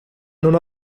non